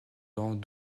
dans